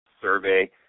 Survey